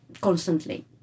constantly